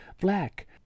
Black